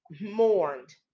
mourned